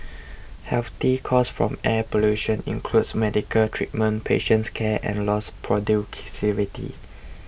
health costs from air pollution includes medical treatment patients care and lost productivity